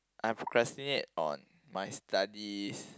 I procrastinate on my studies